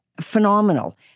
Phenomenal